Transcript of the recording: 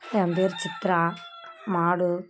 என் பெயர் சித்ரா மாடு